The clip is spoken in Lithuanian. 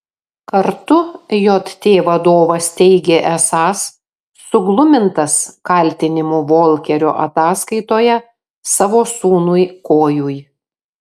kartu jt vadovas teigė esąs suglumintas kaltinimų volkerio ataskaitoje savo sūnui kojui